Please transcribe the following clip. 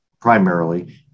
primarily